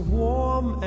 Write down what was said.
warm